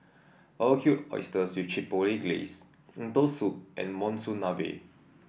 Barbecued Oysters with Chipotle Glaze Lentil Soup and Monsunabe